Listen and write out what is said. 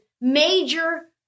major